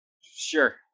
Sure